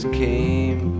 came